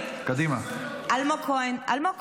אני פשוט חושבת במושכלות על כל מילה שנאמרת.